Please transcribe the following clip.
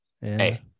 Hey